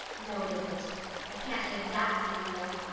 no, it isn't i can't make that seem real.